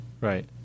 right